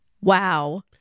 Wow